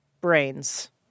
brains